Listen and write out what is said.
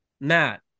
Matt